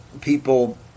people